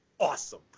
Awesome